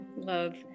Love